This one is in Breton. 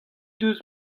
deus